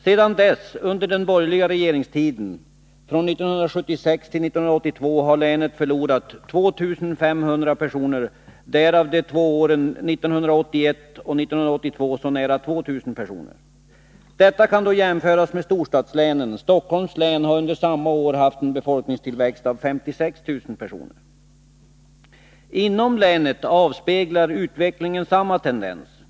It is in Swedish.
Sedan dess under den borgerliga regeringstiden från 1976 till 1982 har länet förlorat 2 500 personer, därav under de två åren 1981 och 1982 nära 2 000 personer. Detta kan då jämföras med storstadslänen. Stockholms län har under samma år haft en befolkningstillväxt av 56 000 personer. Inom länet avspeglar utvecklingen samma tendens.